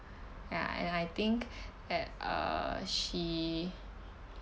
ya and I think that and uh she